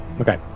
Okay